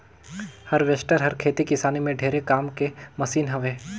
harvester हर खेती किसानी में ढेरे काम के मसीन हवे